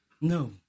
No